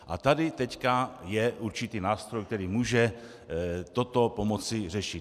A tady teď je určitý nástroj, který může toto pomoci řešit.